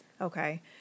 okay